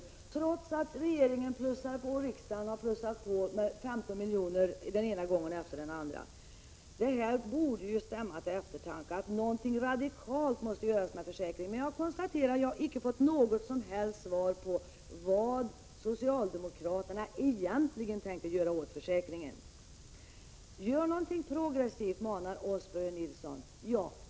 Det sker alltså trots att regeringen och riksdagen har plussat på med 15 miljoner den ena gången efter den andra. Detta borde ju stämma till eftertanke, att något radikalt måste göras med försäkringen. Jag konstaterar att jag icke har fått något som helst svar på frågan vad socialdemokraterna egentligen tänker göra åt försäkringen. Börje Nilsson manar oss att göra något progressivt.